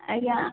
ଆଜ୍ଞା